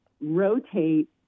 rotate